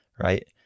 right